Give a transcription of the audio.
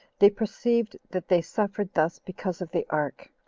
they perceived that they suffered thus because of the ark,